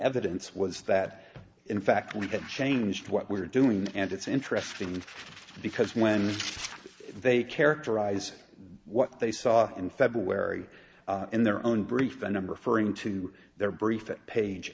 evidence was that in fact we have changed what we're doing and it's interesting because when they characterize what they saw in february in their own brief a number furring to their brief at page